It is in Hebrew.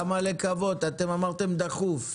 אמרתם "דחוף".